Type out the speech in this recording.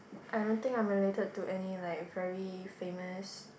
I don't think I'm related to any like very famous